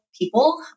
people